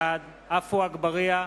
אדוני היושב-ראש.